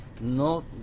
no